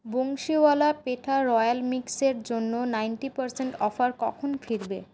Bansiwala petha royal মিক্সের জন্য ninety percent offer কখন ফিরবে